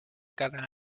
cada